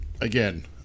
again